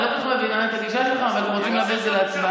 אני אשאל עוד פעם: אתם רוצים להביא את זה להצבעה?